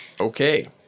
Okay